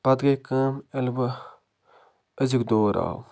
پَتہٕ گٔے کٲم ییٚلہِ بہٕ أزیُک دور آو